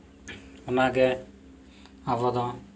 ᱚᱱᱟᱜᱮ ᱟᱵᱚᱫᱚ